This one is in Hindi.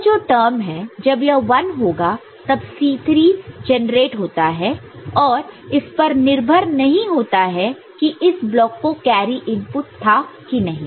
यह जो टर्म है जब यह 1 होगा तब C3 जनरेट होता है और इस पर निर्भर नहीं होता है कि इस ब्लॉक को कैरी इनपुट था कि नहीं